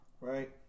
Right